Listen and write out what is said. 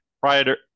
Prior